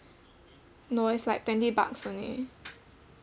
no it's like twenty bucks only